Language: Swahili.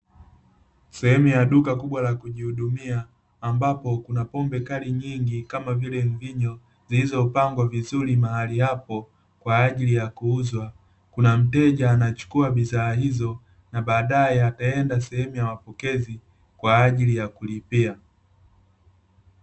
Sehemu ya duka kubwa la kujihudumia, ambapo kuna pombe kali nyingi kama vile mvinyo, zilizopangwa vizuri mahali hapo, kwa ajili ya kuuzwa. Kuna mteja anachukua bidhaa hizo, na baadaye ataenda sehemu ya mapokezi, kwa ajili ya kulipia.